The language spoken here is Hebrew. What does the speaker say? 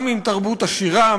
עַם עם תרבות עשירה,